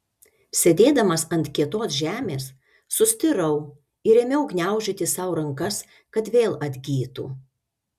sėdėdamas ant kietos žemės sustirau ir ėmiau gniaužyti sau rankas kad vėl atgytų